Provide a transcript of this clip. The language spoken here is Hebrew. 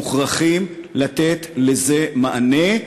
מוכרחה לתת לזה מענה,